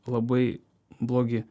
labai blogi